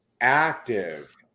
Active